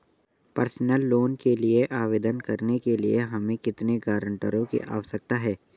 Personal loan के लिए आवेदन करने के लिए हमें कितने गारंटरों की आवश्यकता है?